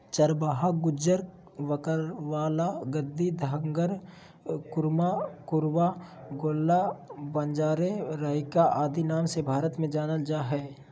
चरवाहा गुज्जर, बकरवाल, गद्दी, धंगर, कुरुमा, कुरुबा, गोल्ला, बंजारे, राइका आदि नाम से भारत में जानल जा हइ